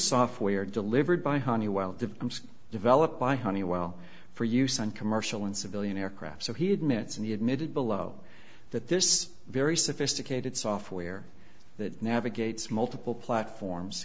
software delivered by honeywell the m six developed by honeywell for use on commercial and civilian aircraft so he admits and he admitted below that this very sophisticated software that navigates multiple platforms